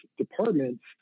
Departments